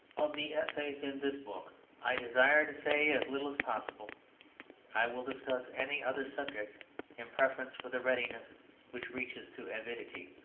of the essays in this book i desire to say as little as possible i will discuss any other subject in preference with a readiness which reaches to avidity.